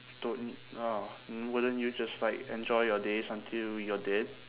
don't need oh then wouldn't you just like enjoy your days until you're dead